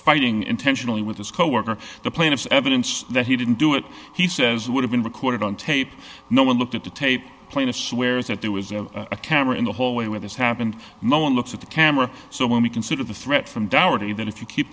fighting intentionally with his coworker the plaintiff evidence that he didn't do it he says would have been recorded on tape no one looked at the tape plaintiff swears that there was a camera in the hallway where this happened no one looks at the camera so when we consider the threat from downward even if you keep